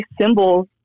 symbols